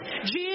Jesus